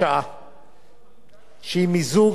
שהיא מיזוג של הצעת חוק ממשלתית